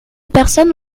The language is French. personnes